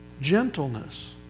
Gentleness